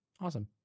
Awesome